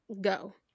Go